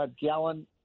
gallon